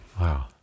Wow